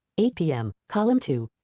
eight pm, column two.